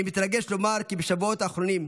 אני מתרגש לומר כי בשבועות האחרונים,